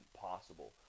possible